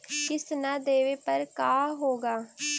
किस्त न देबे पर का होगा?